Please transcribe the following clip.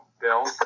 Bill